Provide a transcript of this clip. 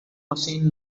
machine